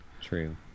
True